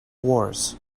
wars